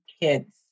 kids